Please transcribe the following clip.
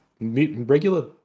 regular